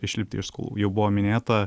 išlipti iš skolų jau buvo minėta